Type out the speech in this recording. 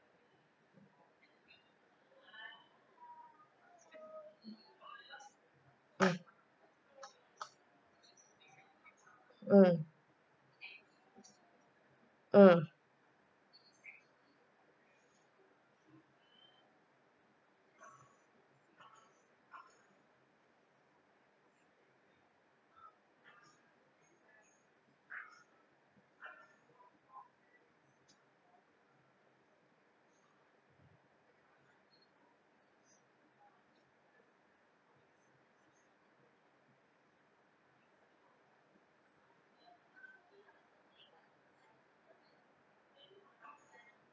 mm mm mm